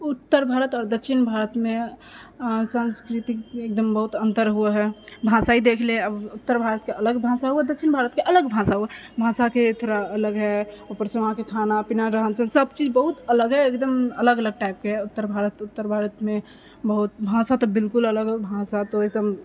उत्तर भारत आओर दच्छिण भारतमे सांस्कृतिक एकदम बहुत अंतर हुअ हइ भाषाइ देख ले आब उत्तर भारतके अलग भाषा हुअऽ दक्षिण भारतके अलग भाषा हुअ हइ भाषाके थोड़ा अलग हइ ऊपरसँ वहांँके खाना पीना रहन सहन सबचीज बहुत अलग हइ एकदम अलग अलग टाइपके उत्तर भारत उत्तर भारतमे बहुत भाषा तऽ बिलकुल अलग हइ भाषा तऽ एकदम